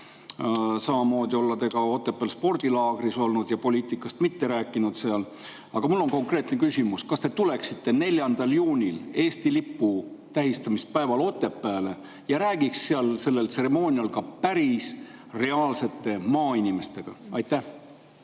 samamoodi olla te ka Otepääl spordilaagris olnud ja seal poliitikast mitte rääkinud. Mul on konkreetne küsimus: kas te tuleksite 4. juunil, Eesti lipu tähistamise päeval Otepääle ja räägiksite seal sellel tseremoonial ka päris maainimestega? Aitäh!